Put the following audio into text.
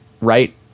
right